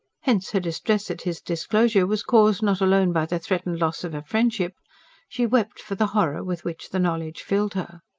hence her distress at his disclosure was caused not alone by the threatened loss of a friendship she wept for the horror with which the knowledge filled her.